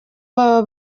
baba